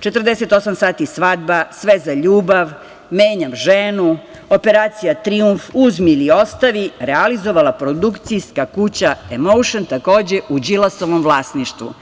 „48 sati svadba“, „Sve za ljubav“, „Menjam ženu“, „Operacija trijumf“, „Uzmi ili ostavi“, realizovala produkcijska kuća „Emoušn“, takođe u Đilasovom vlasništvu.